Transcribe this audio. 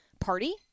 party